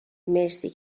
مرسی